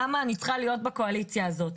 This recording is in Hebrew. למה אני צריכה להיות בקואליציה הזאת,